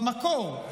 במקור,